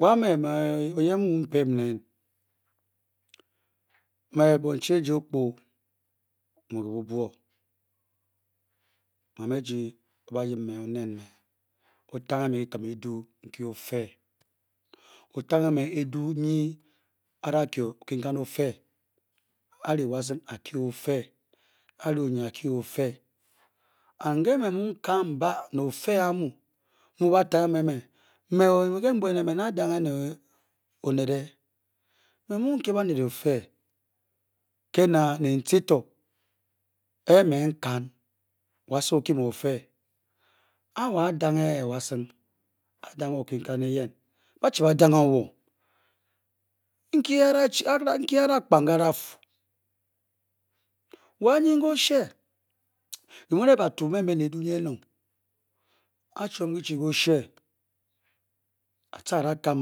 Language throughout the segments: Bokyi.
Wa me oyen mu mu m-pen neen me bonchi eji o-kpi mmu ke abwo mama eji o-yip me on-nen me o-tange me kyi-kim eduu nkyi for o-tange me eringe nyi bada kye okinkan ofe a-ri washing o-kye a ofe a-ri onet a-kye a ofe me ke mu n-kan n mu n-kan ne ofe amu mu ba-tange me me me nda-dange ne onet Me mu n-kya banet ofe ke na nenci to a me n-kan washing o-kye me to ofe a wo a-dange washing a-dange okinkan ba-chi ba-dange o wo to Nkyi adakpang nke adafu wa nyin ke oshe byimu ne batu mbe mbe ne eduu nkyi enong a chwoo kyi-chi kè oshe a-ca a-dakam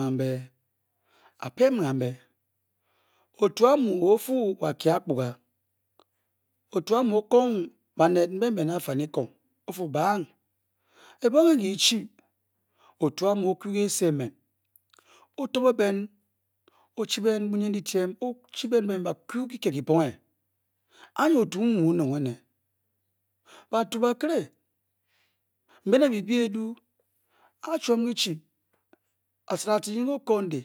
kambe a-pem me mbe otu amu oobachi o-fu wo a-kye a akpuga. Otu amu o-koo ng banet mbe mbe ke afanikong o-Fu ba ng ebong nkyi nkyi kyi-chi ote amu o-ku a ke kyise emen o-to be ben o-chi ben bwnyin dyityem o-chi ben ba-kyu kyikit kyibonge. Anyi otu mu mu kanong ene batu bakiri mbe ne byi bi eduu a chwom kyi-chi aciring nyin ke okondi